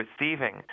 receiving